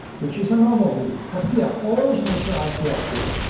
which is another rule. but here, always initialize the object.